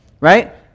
right